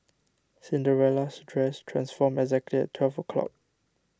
Cinderella's dress transformed exactly at twelve o' clock